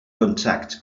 contact